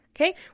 Okay